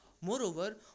Moreover